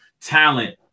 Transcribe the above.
talent